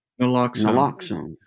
naloxone